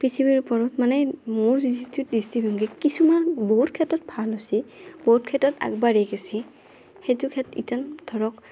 পৃথিৱীৰ ওপৰত মানে মোৰ যিটো দৃষ্টিভংগী কিছুমান বহুত ক্ষেত্ৰত ভাল হৈছি বহুত ক্ষেত্ৰত আগবাঢ়ি গেইছি সেইটো ইতেন ধৰক